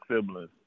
siblings